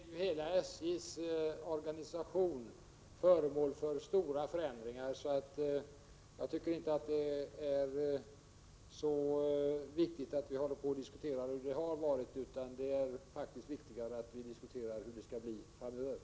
Herr talman! Hela SJ:s organisation är föremål för stora förändringar. Jag tycker därför att det inte är så viktigt att diskutera hur det har varit, utan det är faktiskt viktigare att vi diskuterar hur det skall bli framöver.